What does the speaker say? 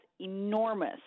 enormous